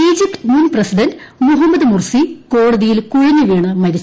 Egypt മുൻ president Mohamed Morsi കോടതിയിൽ കുഴഞ്ഞുവീണു മരിച്ചു